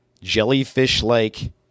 jellyfish-like